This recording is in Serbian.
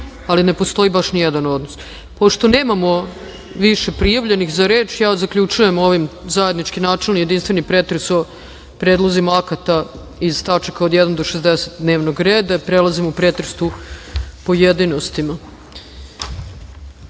ali ne postoji baš nijedan osnov. Pošto nemamo više prijavljenih za reč, zaključujem ovim zajednički načelni i jedinstveni pretres o predlozima akata iz tačaka od 1. do 60. dnevnog reda i prelazimo na pretres u pojedinostima. Druga